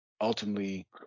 ultimately